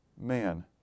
man